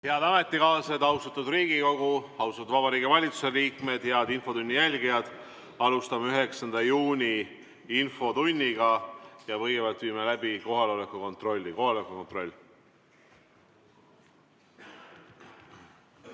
Head ametikaaslased, austatud Riigikogu! Austatud Vabariigi Valitsuse liikmed! Head infotunni jälgijad! Alustame 9. juuni infotundi. Kõigepealt viime läbi kohaloleku kontrolli. Kohaloleku kontroll.